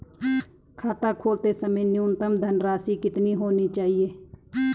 खाता खोलते समय न्यूनतम धनराशि कितनी होनी चाहिए?